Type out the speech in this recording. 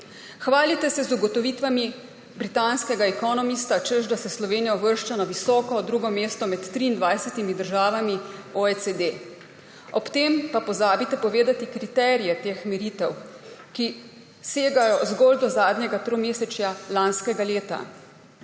Hvalite se z ugotovitvami britanskega Economista, češ da se Slovenija uvršča na visoko drugo mesto med 23 državami OECD, ob tem pa pozabite povedati kriterije teh meritev, ki segajo zgolj do zadnjega tromesečja lanskega leta.